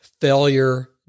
failure